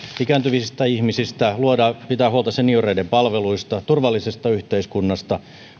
ikääntyvistä ihmisistä pitää huolta senioreiden palveluista turvallisesta yhteiskunnasta